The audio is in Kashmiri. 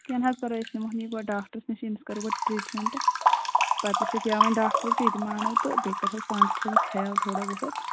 کیٚنٛہہ نہَ حظ پَرواے أسۍ نِمہٕ ہون یہِ گۄڈٕ ڈاکٹَرَس نِش أمِس کَرو گۄڈٕ ٹرٛیٖٹمٮ۪نٛٹ پَتہٕ وُچھو کیٛاہ وَنہِ ڈاکٹَر تہٕ تِتہِ مانو تہٕ بیٚیہِ کَرہوٚس پانہٕ تہِ تھوَہوس خیال تھوڑا بہت